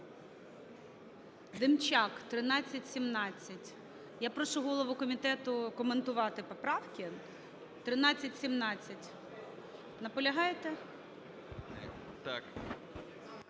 Демчака 1317. Я прошу голову комітету коментувати поправки. 1317. Наполягаєте?